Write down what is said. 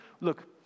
Look